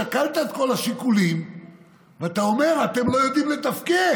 שקלת את כל השיקולים ואתה אומר: אתם לא יודעים לתפקד.